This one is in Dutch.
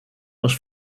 was